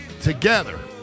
together